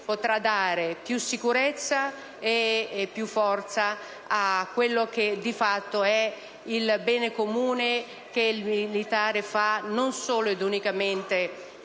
potrà dare più sicurezza e più forza a quello che di fatto è il bene comune che il militare fa non solo ed unicamente